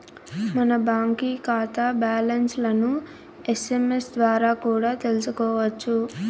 మన బాంకీ కాతా బ్యాలన్స్లను ఎస్.ఎమ్.ఎస్ ద్వారా కూడా తెల్సుకోవచ్చు